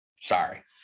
Sorry